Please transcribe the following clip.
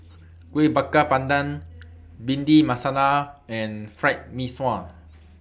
Kuih Bakar Pandan Bhindi Masala and Fried Mee Sua